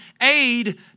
aid